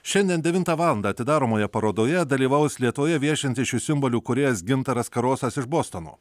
šiandien devintą valandą atidaromoje parodoje dalyvaus lietuvoje viešinti šių simbolių kūrėjas gintaras karosas iš bostono